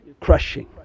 crushing